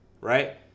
Right